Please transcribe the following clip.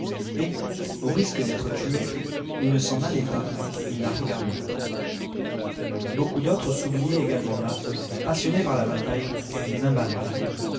et au risque d'être tué il ne s'en allait pas il la regardait beaucoup d'autres s'oubliaient également là passionnés par la bataille les mains ballantes